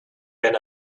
been